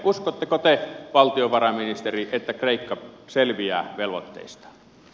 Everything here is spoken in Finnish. uskotteko te valtiovarainministeri että kreikka selviää velvoitteistaan